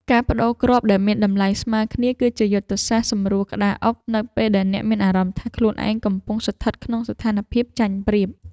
ការប្តូរគ្រាប់ដែលមានតម្លៃស្មើគ្នាគឺជាយុទ្ធសាស្ត្រសម្រួលក្តារអុកនៅពេលដែលអ្នកមានអារម្មណ៍ថាខ្លួនឯងកំពុងស្ថិតក្នុងស្ថានភាពចាញ់ប្រៀប។